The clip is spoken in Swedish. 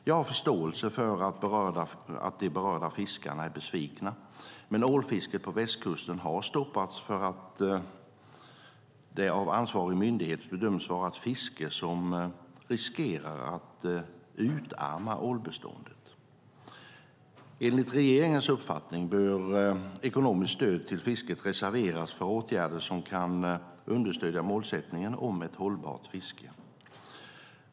Jag har förståelse för att de berörda fiskarna är besvikna, men ålfisket på västkusten har stoppats för att det av ansvarig myndighet bedömts vara ett fiske som riskerar att utarma ålbeståndet. Enligt regeringens uppfattning bör ekonomiskt stöd till fisket reserveras för åtgärder som kan understödja målsättningen om ett hållbart fiske.